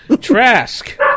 Trask